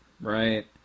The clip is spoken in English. Right